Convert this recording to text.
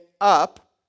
up